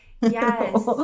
Yes